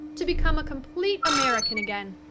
to become a complete american again,